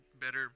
better